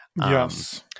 Yes